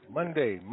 Monday